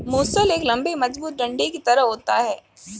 मूसल एक लम्बे मजबूत डंडे की तरह होता है